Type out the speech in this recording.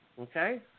Okay